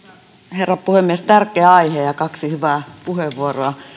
herra puhemies tärkeä aihe ja kaksi hyvää puheenvuoroa